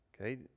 Okay